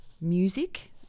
Music